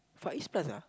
Far-East-Plaza